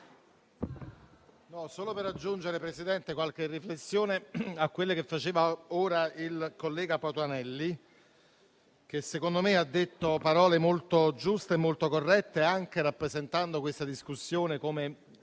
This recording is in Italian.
solo per aggiungere qualche riflessione a quelle che faceva ora il collega Patuanelli, che secondo me ha detto parole molto giuste, molto corrette, anche rappresentando questa discussione, come